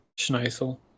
Schneisel